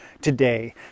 today